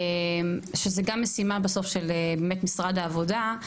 שזה גם משימה בסוף של משרד העבודה.